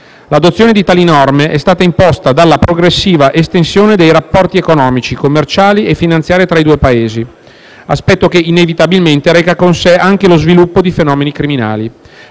L'adozione di tali norme è stata imposta dalla progressiva estensione dei rapporti economici, commerciali e finanziari tra i due Paesi, aspetto che inevitabilmente reca con sé anche lo sviluppo di fenomeni criminali